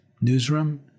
newsroom